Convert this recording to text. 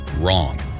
Wrong